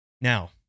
Now